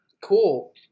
cool